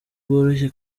bworoshye